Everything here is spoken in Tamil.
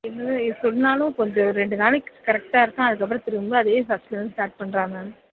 இது சொன்னாலும் கொஞ்சம் ரெண்டு நாளைக்கு கரெட்டாக இருக்கான் அதுக்கப்புறம் திரும்ப அதே ஃபஸ்ட்லேருந்து ஸ்ட்ராட் பண்ணுறான் மேம்